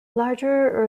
larger